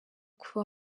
kuva